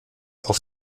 auf